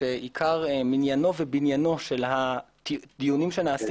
שעיקר מניינו ובניינו של הדיונים שנעשים